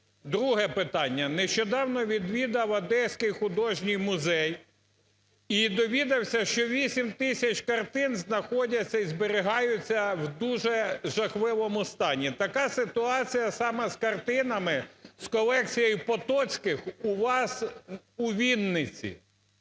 Друге питання. Нещодавно відвідав Одеський художній музей і довідався, що 8 тисяч картин знаходяться і зберігаються в дуже жахливому стані. Така ситуація саме з картинами з колекції Потоцьких у вас, у Вінниці,